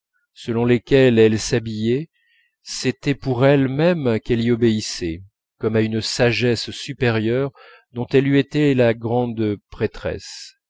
selon lesquels elle s'habillait c'était pour elle-même qu'elle y obéissait comme à une sagesse supérieure dont elle eût été la grande prêtresse